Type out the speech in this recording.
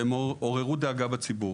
והן עוררו דאגה בציבור,